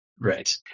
Right